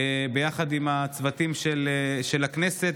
יחד עם הצוותים של הכנסת,